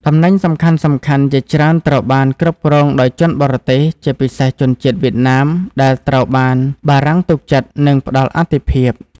តំណែងសំខាន់ៗជាច្រើនត្រូវបានគ្រប់គ្រងដោយជនបរទេស ជាពិសេសជនជាតិវៀតណាម ដែលត្រូវបានបារាំងទុកចិត្ត និងផ្ដល់អាទិភាព។